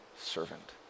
servant